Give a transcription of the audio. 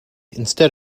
instead